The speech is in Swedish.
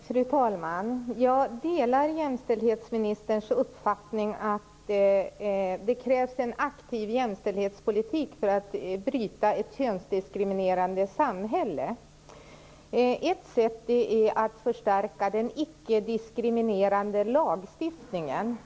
Fru talman! Jag delar jämställdhetsministerns uppfattning att det krävs en aktiv jämställdhetspolitik för att bryta ett könsdiskriminerande samhälle. Ett sätt är att förstärka den icke-diskriminerande lagstiftningen.